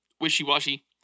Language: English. wishy-washy